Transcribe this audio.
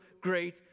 great